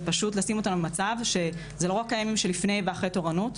זה לא רק הימים שלפני ואחרי תורנות,